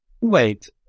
Wait